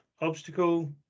obstacle